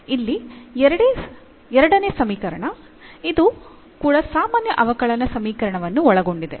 ಇಲ್ಲಿ ಎರಡನೇ ಸಮೀಕರಣ ಇದು ಕೂಡ ಸಾಮಾನ್ಯ ಅವಕಲನ ಸಮೀಕರಣವನ್ನು ಒಳಗೊಂಡಿದೆ